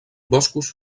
boscos